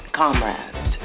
comrades